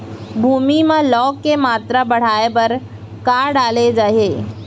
भूमि मा लौह के मात्रा बढ़ाये बर का डाले जाये?